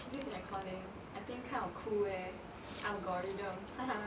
this recording I think kind of cool eh algorithm ha ha